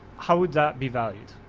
how would that be valued?